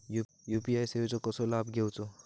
UPI सेवाचो कसो लाभ घेवचो?